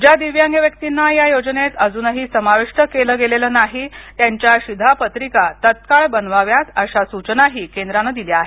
ज्या दिव्यांग व्यक्तींना या योजनेत अजुनही समाविष्ट केलं गेलेलं नाही त्यांच्या शिधापत्रीका तात्काळ बनवाव्यात अशाही सूचना केंद्रानं दिल्या आहेत